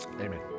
Amen